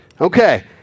Okay